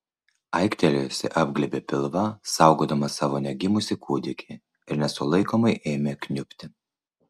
aiktelėjusi apglėbė pilvą saugodama savo negimusį kūdikį ir nesulaikomai ėmė kniubti